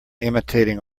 imitating